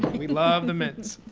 we love the mints.